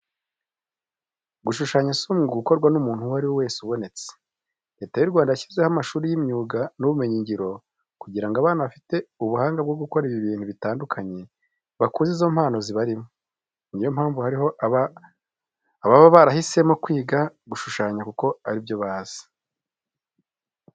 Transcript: Gushushanya si umwuga ukorwa n'umuntu uwo ari we wese ubonetse. Leta y'u Rwanda yashyizeho amashuri y'imyuga n'ubumenyingiro kugira ngo abana bafite ubuhanga bwo gukora ibintu bitandukanye bakuze izo mpano zibarimo. Niyo mpamvu harimo ababa barahisemo kwiga gushushanya kuko ari byo bazi.